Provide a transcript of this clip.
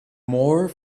more